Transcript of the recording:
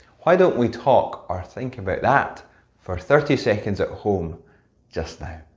why don't we talk or think about that for thirty seconds at home just now.